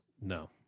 No